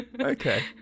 Okay